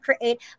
create